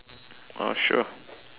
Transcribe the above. uh sure